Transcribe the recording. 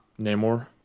Namor